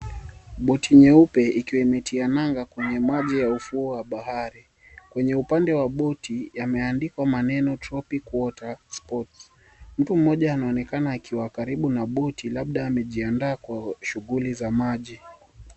Boti nyeupe ikiwa imetia nanga kwenye maji ya ufuo wa bahari. Kwenye upande wa boti, yameandikwa maneno; Tropic Water Sports. Mtu mmoja anaonekana akiwa karibu na boti labda amejiandaa kwa shughuli za maji.